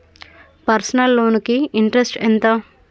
Personal loan కి interest ఎంత?